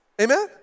Amen